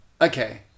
okay